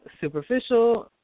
superficial